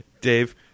Dave